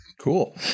Cool